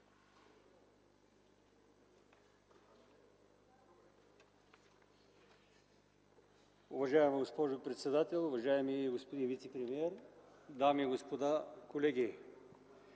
Уважаема госпожо председател, уважаеми господин вицепремиер, дами и господа, колеги!